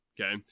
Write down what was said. Okay